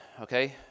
okay